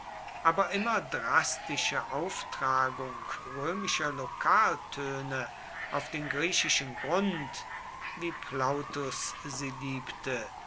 aber immer drastische auftragung römischer lokaltöne auf den griechischen grund wie plautus sie liebte